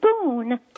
spoon